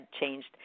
changed